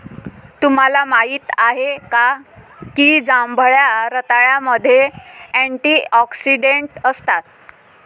तुम्हाला माहित आहे का की जांभळ्या रताळ्यामध्ये अँटिऑक्सिडेंट असतात?